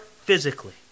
physically